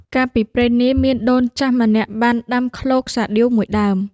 កាលពីព្រេងនាយ មានដូនចាស់ម្នាក់បានដាំឃ្លោកសាដៀវមួយដើម។